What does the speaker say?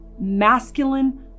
masculine